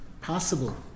Possible